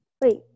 Wait